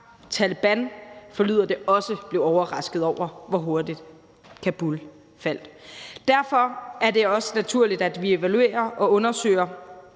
Taleban, forlyder det, blev også overrasket over, hvor hurtigt Kabul faldt. Derfor er det også naturligt, at vi evaluerer og undersøger,